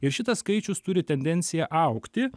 ir šitas skaičius turi tendenciją augti